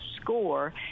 score